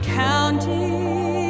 counting